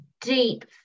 deep